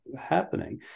happening